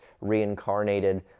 reincarnated